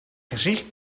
gezicht